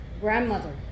grandmother